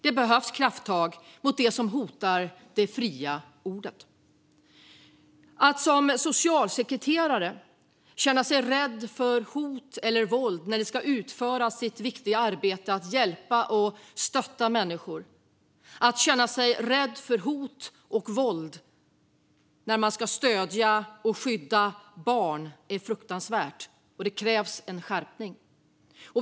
Det behövs krafttag mot dem som hotar det fria ordet. Att man som socialsekreterare känner sig rädd för hot eller våld när man ska utföra sitt viktiga arbete att hjälpa och stötta människor och att man känner sig rädd för hot och våld när man ska stödja och skydda barn är fruktansvärt. Det krävs en skärpning.